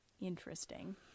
interesting